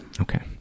Okay